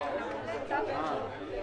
למעשה תמיכות מאושרות על-ידי שרים,